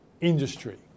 industry